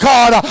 God